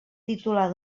titular